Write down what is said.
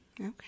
Okay